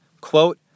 quote